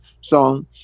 song